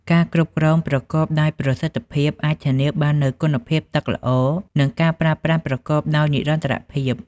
ការគ្រប់គ្រងប្រកបដោយប្រសិទ្ធភាពអាចធានាបាននូវគុណភាពទឹកល្អ និងការប្រើប្រាស់ប្រកបដោយនិរន្តរភាព។